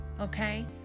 okay